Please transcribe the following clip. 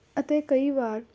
ਅਤੇ ਕਈ ਵਾਰ